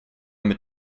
mit